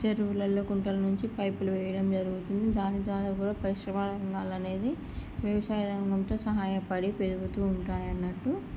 చెరువులలో గుంటలోంచి పైపులు వేయడం జరుగుతుంది దాని ద్వారా కూడా పరిశ్రమ రంగాలు అనేది వ్యవసాయ రంగంతో సహాయపడి పెరుగుతూ ఉంటాయి అన్నట్టు